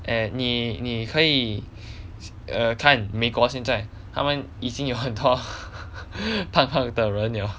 and 你你可以看美国现在他们已经有很多 胖胖的人 liao